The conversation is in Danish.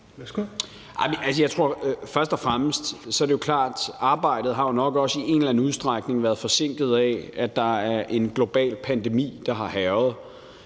Først og fremmest er det jo klart, at arbejdet også i en eller anden udstrækning har været forsinket af, at der er en global pandemi, der har hærget.